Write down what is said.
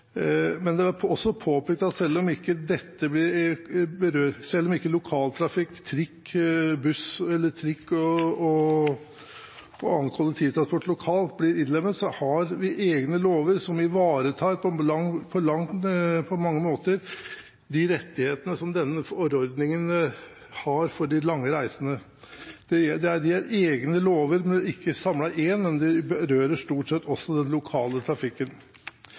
men det er også påpekt at selv om ikke lokaltrafikk som buss og trikk og annen kollektivtransport lokalt blir innlemmet, har vi egne lover som på mange måter ivaretar de rettighetene som denne forordningen gir for de lange reisene. Det er egne lover – ikke samlet i én – men de berører stort sett også den lokale trafikken.